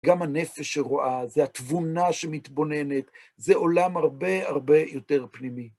גם הנפש שרואה, זה התבונה שמתבוננת, זה עולם הרבה הרבה יותר פנימי.